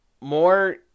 More